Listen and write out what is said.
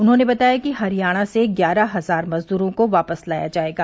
उन्होंने बताया कि हरियाणा से ग्यारह हजार मजद्रों को वापस लाया जाएगा